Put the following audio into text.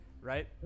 Right